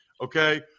okay